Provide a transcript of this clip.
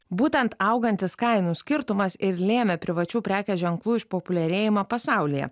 būtent augantis kainų skirtumas ir lėmė privačių prekės ženklų išpopuliarėjimą pasaulyje